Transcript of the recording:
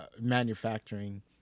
manufacturing